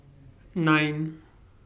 nine